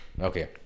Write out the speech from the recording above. Okay